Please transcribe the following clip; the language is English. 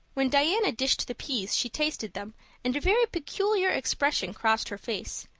when diana dished the peas she tasted them and a very peculiar expression crossed her face.